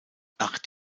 acht